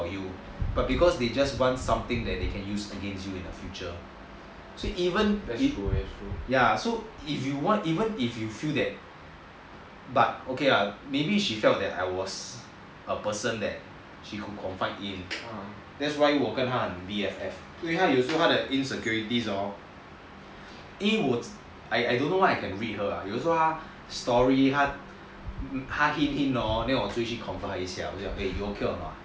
but because they just want something that they can use against you in the future so even if you feel that ya okay maybe she felt that I was a person that she could confront in that's why 我跟她很 B_F_F 因为她有时候他的 insecurity hor 因为我 I don't know what I can read her lah 有时候她 story 她可以听的 hor then 我就会去 confront her 一下 like eh you okay or not